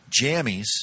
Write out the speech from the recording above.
jammies